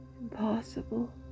impossible